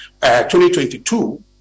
2022